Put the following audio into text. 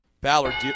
Ballard